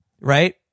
right